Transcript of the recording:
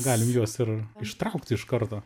galim juos ir ištraukt iš karto